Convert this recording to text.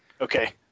Okay